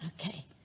Okay